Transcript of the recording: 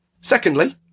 Secondly